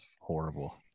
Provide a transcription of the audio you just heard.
horrible